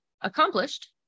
accomplished